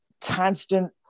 constant